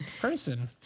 person